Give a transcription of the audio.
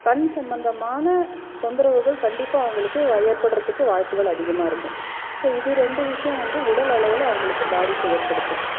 கண் சம்மந்தமான தொந்தரவுகள் கண்டிப்பாக அவங்களுக்கு ஏற்படுகிறதுக்கு வாய்ப்புகள் அதிகமாக இருக்கும் ஸோ இது ரெண்டு விஷயம் வந்து உடலளவில் அவங்களுக்கு பாதிப்பை ஏற்படுத்தும்